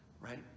right